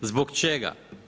Zbog čega?